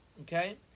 Okay